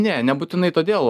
ne nebūtinai todėl